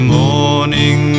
morning